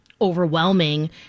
overwhelming